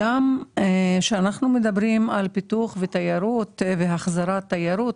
כשאנחנו מדברים על פיתוח תיירות והחזרת תיירות,